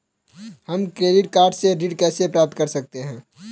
हम credit card से ऋण कैसे प्राप्त कर सकते हैं?